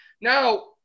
now